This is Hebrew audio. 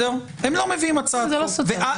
זה לא סותר.